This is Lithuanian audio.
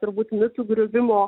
turbūt mitų griuvimo